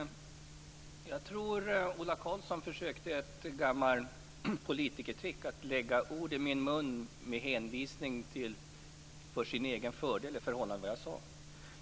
Herr talman! Ola Karlsson verkar försöka sig på ett gammalt politikertrick genom att lägga ord i min mun - till sin egen fördel i förhållande till vad jag verkligen sade.